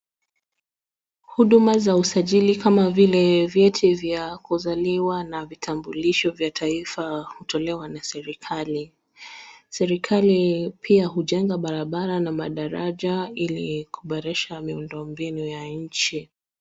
Huduma za usajili kama vile vyeti vya kuzaliwa na vitambulisho vya taifa hutolewa na serikali. Serikali pia hujenga barabara na madaraja ili kuboresha miundombinu ya nchi.